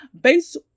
based